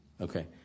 Okay